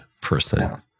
person